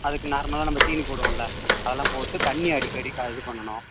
அதுக்கு நார்மலாக நம்ப தீனி போடுவோம்ல அதெல்லாம் போட்டு தண்ணி அடிக்கடி க இது பண்ணணும்